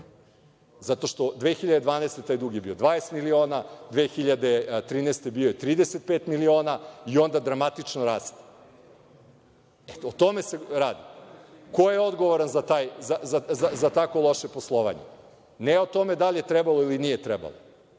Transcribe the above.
Godine 2012. taj dug je bio 20 miliona, 2013. je bio 35 miliona i onda dramatično raste. O tome se radi. Ko je odgovoran za tako loše poslovanje? Ne radi se o tome da li je trebalo ili nije trebalo,